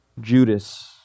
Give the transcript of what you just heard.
Judas